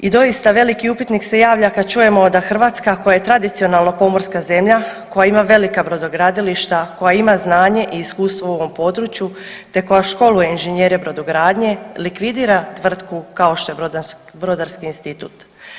I doista veliki upitnik se javlja kad čujemo da Hrvatska koja je tradicionalno pomorska zemlja koja ima velika brodogradilišta, koja ima znanje i iskustvo u ovom području te koja školuje inženjere brodogradnje likvidira tvrtku kao što je Brodarski institut.